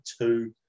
two